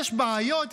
יש בעיות,